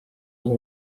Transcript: osa